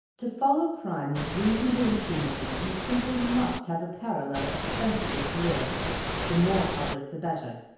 to follow crime with reasonable impunity you simply must have a parallel, ostensible career the more public the better.